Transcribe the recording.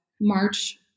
March